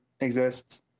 exists